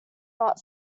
not